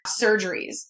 surgeries